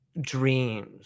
dreams